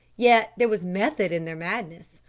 yet there was method in their madness,